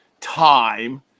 time